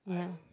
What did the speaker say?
ya